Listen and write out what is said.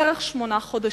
בערך שמונה חודשים: